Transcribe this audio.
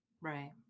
Right